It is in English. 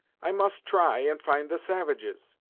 i must try and find the savages.